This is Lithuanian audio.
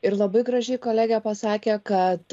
ir labai gražiai kolegė pasakė kad